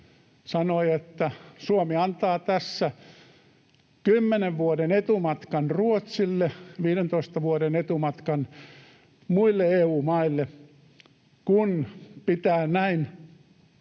sanoi, että Suomi antaa tässä kymmenen vuoden etumatkan Ruotsille, viidentoista vuoden etumatkan muille EU-maille, kun pitää näin